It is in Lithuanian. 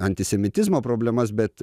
antisemitizmo problemas bet